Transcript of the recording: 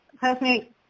Personally